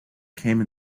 came